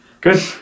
Good